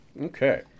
Okay